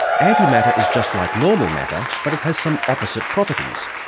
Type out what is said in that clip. antimatter is just like normal matter, but it has some opposite properties.